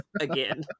again